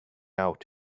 out